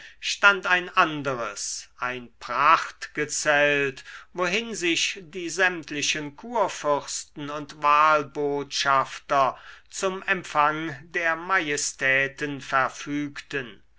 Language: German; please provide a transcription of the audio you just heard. stand ein anderes ein prachtgezelt wohin sich die sämtlichen kurfürsten und wahlbotschafter zum empfang der majestäten verfügten